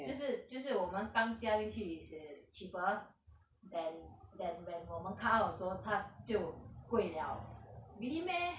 就是就是我们放加进去 is cheaper than than when 我们 cart out 的时候它就贵 liao really meh